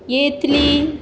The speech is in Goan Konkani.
येतली